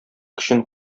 көчен